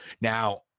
Now